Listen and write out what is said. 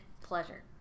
pleasure